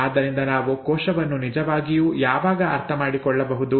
ಆದ್ದರಿಂದ ನಾವು ಕೋಶವನ್ನು ನಿಜವಾಗಿಯೂ ಯಾವಾಗ ಅರ್ಥಮಾಡಿಕೊಳ್ಳಬಹುದು